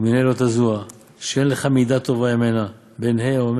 בן שמונים לגבורה, בן תשעים לשוח, בן מאה, כאילו